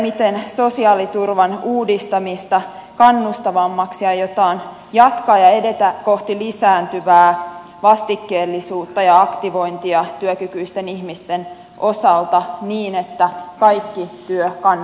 miten sosiaaliturvan uudistamista kannustavammaksi aiotaan jatkaa ja edetä kohti lisääntyvää vastikkeellisuutta ja aktivointia työkykyisten ihmisten osalta niin että kaikki työ kannattaa aina